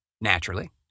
naturally